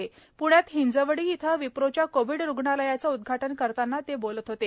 प्ण्यात हिंजवडी इथं विप्रोच्या कोविड रुग्णालयाचे उद्घाटन करताना ते बोलत होते